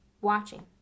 watching